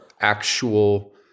actual